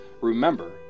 remember